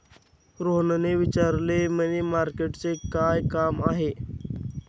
रोहनने विचारले, मनी मार्केटचे काय काम आहे?